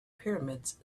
pyramids